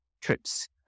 trips